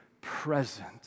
present